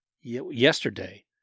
yesterday